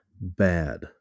bad